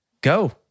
Go